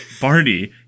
Barney